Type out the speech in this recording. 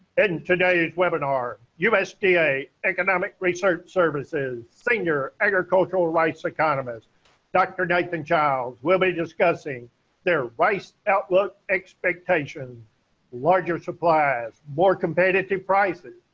in today's webinar usda economic research service's senior agricultural rice economist dr. nathan childs, will be discussing their rice outlook expectations larger supplies, more competitive prices,